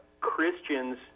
Christians